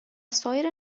سایر